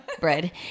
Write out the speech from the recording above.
bread